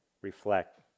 reflect